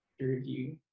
review